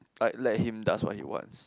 I like him does what he wants